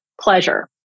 pleasure